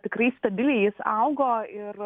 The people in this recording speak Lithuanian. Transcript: tikrai stabiliai jis augo ir